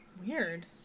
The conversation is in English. Weird